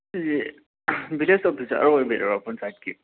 ꯁꯤꯁꯦ village officer ꯑꯣꯏꯕꯤꯔꯕ꯭ꯔꯥ ꯄꯟꯆꯥꯌꯦꯠꯀꯤ